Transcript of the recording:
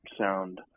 sound